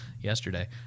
yesterday